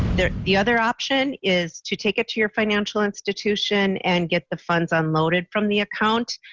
the the other option is to take it to your financial institution and get the funds ah unloaded from the account